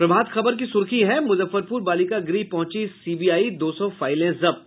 प्रभात खबर की सुर्खी है मुजफ्फरपुर बालिका गृह पहुंची सीबीआई दो सौ फाइलें जब्त